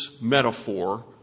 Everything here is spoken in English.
metaphor